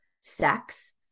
sex